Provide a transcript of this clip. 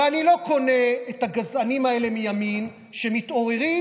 אני לא קונה את הגזענים האלה מימין שמתעוררים,